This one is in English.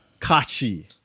Kachi